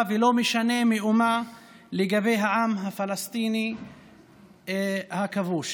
ולא משנה מאומה לעם הפלסטיני הכבוש.